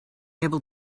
able